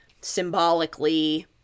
symbolically